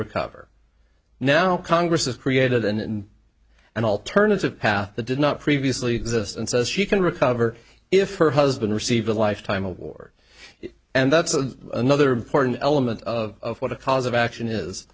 recover now congress has created and an alternative path that did not previously exist and says she can recover if her husband received a lifetime award and that's a another important element of what the cause of action is